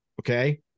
okay